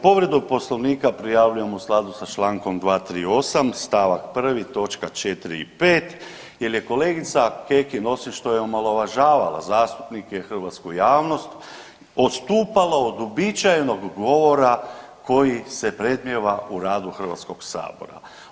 Povredu Poslovnika prijavljujem u skladu sa Člankom 238. stavak 1. točka 4. i 5., jer je kolegica Kekin osim što je omalovažavala zastupnike i hrvatsku javnost odstupala od uobičajenog govora koji se predmnijeva u radu Hrvatskog sabora.